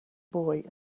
boy